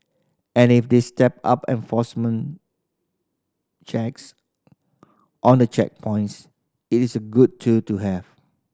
and if they step up enforcement checks on the checkpoints it is a good tool to have